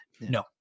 no